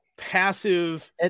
passive